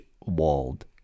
walled